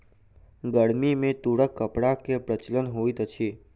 गर्मी में तूरक कपड़ा के प्रचलन होइत अछि